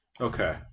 Okay